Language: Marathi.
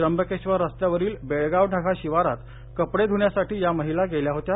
त्र्यंबकेश्वर रस्त्यावरील बेळगाव ढगा शिवारात कपडे धुण्यासाठी या महिला गेल्या होत्या